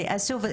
שוב,